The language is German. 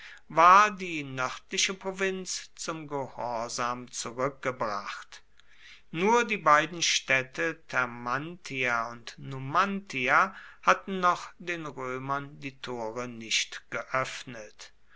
war die nördliche provinz zum gehorsam zurückgebracht nur die beiden städte termantia und numantia hatten noch den römern die tore nicht geöffnet